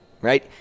right